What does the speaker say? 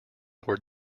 were